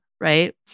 Right